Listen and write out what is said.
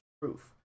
proof